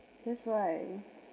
that's why